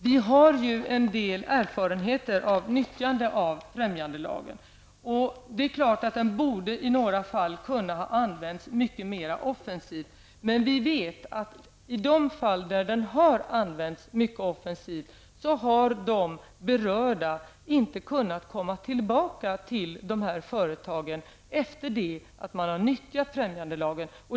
Vi har ju nu en hel del erfarenheter av nyttjande av främjandelagen. Den borde i några fall ha kunnat användas mycket mera offensivt. Men vi vet att i de fall den har använts mycket offensivt har de berörda inte kunnat gå tillbaka till sina företag efter det att man har utnyttjat främjandelagen.